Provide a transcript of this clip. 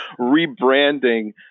rebranding